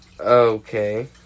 Okay